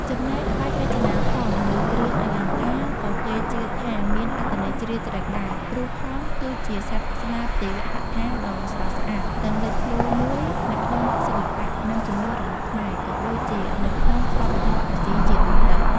ចំណែក ក្បាច់រចនាហង្សលើគ្រឿងអលង្ការក៏គេជឿថាមានអត្ថន័យជ្រាលជ្រៅដែរ ព្រោះហង្ស គឺជាសត្វស្លាបទេវកថាដ៏ស្រស់ស្អាត និងលេចធ្លោមួយនៅក្នុងសិល្បៈ និងជំនឿរបស់ខ្មែរ ក៏ដូចជានៅក្នុងវប្បធម៌អាស៊ីជាទូទៅ។